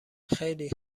خیلی